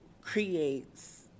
creates